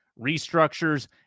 restructures